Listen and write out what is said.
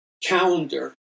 calendar